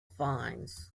finds